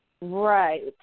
Right